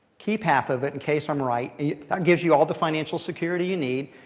keep half of it in case i'm right. that gives you all the financial security you need.